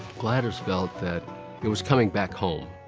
gladys felt that it was coming back home.